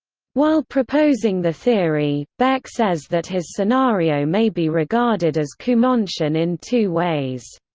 while proposing the theory, beck says that his scenario may be regarded as cumontian in two ways.